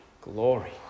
glory